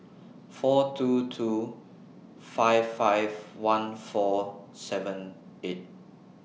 four two two five five one four three seven eight